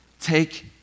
take